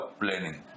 planning